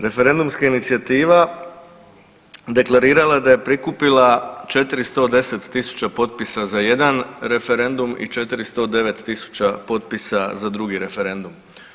Referendumska inicijativa deklarirala da je prikupila 410.000 potpisa za jedan referendum i 409.000 potpisa za drugi referendum.